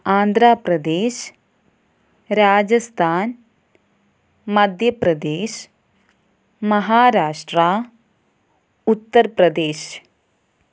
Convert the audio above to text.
Andhra Pradesh Rajasthan Madhya Pradesh Maharashtra Uttar Pradesh